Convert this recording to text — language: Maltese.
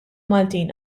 maltin